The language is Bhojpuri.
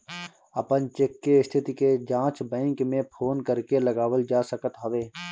अपन चेक के स्थिति के जाँच बैंक में फोन करके लगावल जा सकत हवे